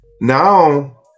Now